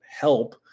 help